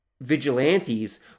vigilantes